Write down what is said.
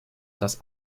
das